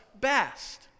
best